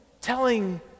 telling